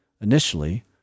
Initially